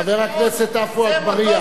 חבר הכנסת עפו אגבאריה.